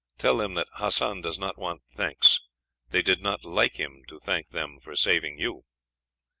tell them that hassan does not want thanks they did not like him to thank them for saving you.